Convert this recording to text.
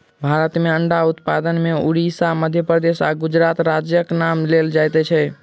भारत मे अंडा उत्पादन मे उड़िसा, मध्य प्रदेश आ गुजरात राज्यक नाम लेल जाइत छै